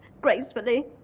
Gracefully